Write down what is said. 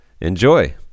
Enjoy